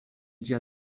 ĝia